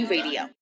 Radio